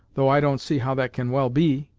though i don't see how that can well be.